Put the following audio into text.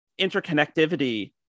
interconnectivity